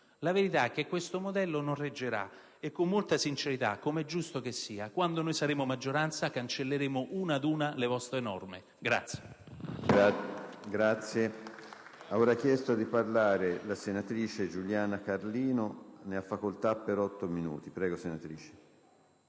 La verità è che questo modello non reggerà e, con molta sincerità, com'è giusto che sia, quando noi saremo maggioranza cancelleremo una ad una le vostre norme.